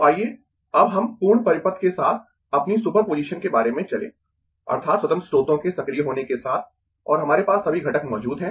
तो आइये अब हम पूर्ण परिपथ के साथ अपनी सुपर पोजीशन के बारे में चलें अर्थात् स्वतंत्र स्रोतों के सक्रिय होने के साथ और हमारे पास सभी घटक मौजूद है